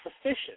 sufficient